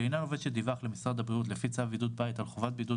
לעניין עובד שדיווח למשרד הבריאות לפי צו בידוד בית על חובת בידוד